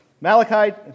Malachi